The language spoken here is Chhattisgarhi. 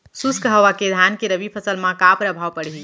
शुष्क हवा के धान के रबि फसल मा का प्रभाव पड़ही?